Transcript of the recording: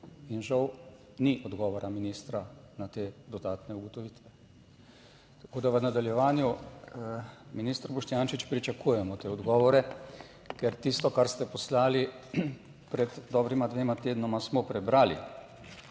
in žal ni odgovora ministra na te dodatne ugotovitve. Tako da v nadaljevanju minister Boštjančič pričakujemo te odgovore, ker tisto, kar ste poslali pred dobrima dvema tednoma, smo prebrali.